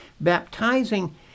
baptizing